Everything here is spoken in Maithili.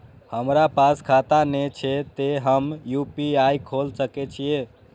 हमरा पास खाता ने छे ते हम यू.पी.आई खोल सके छिए?